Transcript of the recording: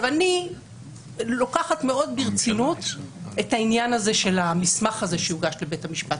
אני לוקחת מאוד ברצינות את העניין הזה של המסמך הזה שהוגש לבית המשפט.